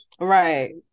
Right